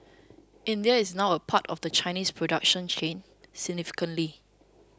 India is now a part of the Chinese production chain significantly